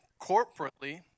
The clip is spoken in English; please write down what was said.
corporately